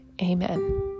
Amen